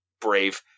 brave